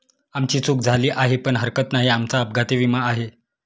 आमची चूक झाली आहे पण हरकत नाही, आमचा अपघाती विमा आहे